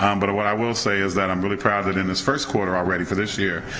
um but what i will say is that i'm really proud that in this first quarter already for this year,